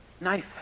Knife